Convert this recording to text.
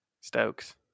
Stokes